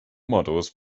models